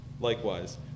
Likewise